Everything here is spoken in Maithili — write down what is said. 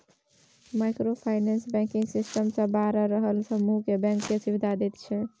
माइक्रो फाइनेंस बैंकिंग सिस्टम सँ बाहर रहल समुह केँ बैंक केर सुविधा दैत छै